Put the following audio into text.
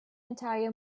entire